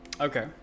Okay